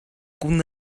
kun